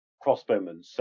crossbowmen